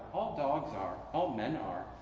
all dogs are, all men are,